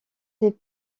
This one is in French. des